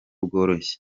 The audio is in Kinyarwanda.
bworoshye